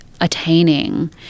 attaining